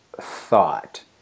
thought